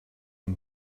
and